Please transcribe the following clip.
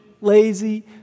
lazy